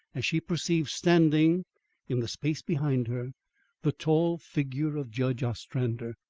as she perceived standing in the space behind her the tall figure of judge ostrander.